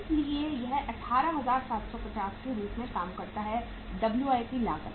इसलिए यह 18750 के रूप में काम करता है डब्ल्यूआईपी WIP लागत